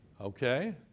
Okay